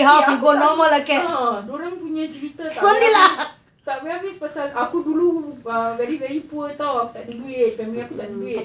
eh aku tak suka ah dia orang punya cerita tak habis-habis tak habis-habis pasal aku dulu ah very very poor [tau] aku tak ada duit family aku tak ada duit